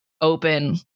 open